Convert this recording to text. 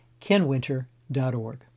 kenwinter.org